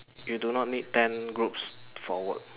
you do not need ten groups for work